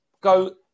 go